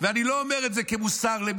אני לא אומר את זה כמוסר למישהו,